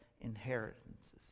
inheritances